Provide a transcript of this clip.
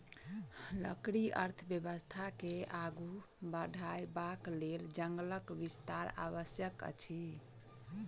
लकड़ी अर्थव्यवस्था के आगू बढ़यबाक लेल जंगलक विस्तार आवश्यक अछि